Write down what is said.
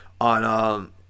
on